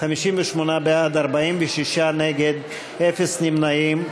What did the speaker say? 58 בעד, 46 נגד, אפס נמנעים.